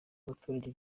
baturage